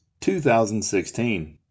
2016